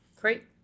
Great